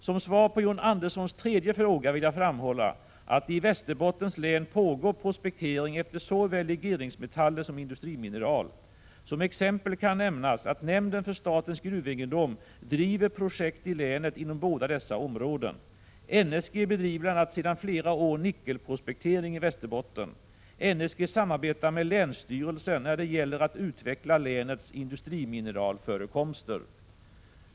Som svar på John Anderssons tredje fråga vill jag framhålla att det i Västerbottens län pågår prospektering efter såväl legeringsmetaller som industrimineral. Som exempel kan nämnas att nämnden för statens gruv egendom driver projekt i länet inom båda dessa områden. NSG bedriver bl.a. sedan flera år nickelprospektering i Västerbotten. NSG samarbetar med länsstyrelsen när det gäller att utveckla länets industrimineralförekomster.